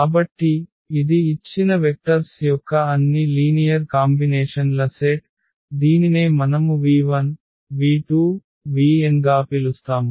కాబట్టి ఇది ఇచ్చిన వెక్టర్స్ యొక్క అన్ని లీనియర్ కాంబినేషన్ ల సెట్ దీనినే మనము v1 v2 vn గా పిలుస్తాము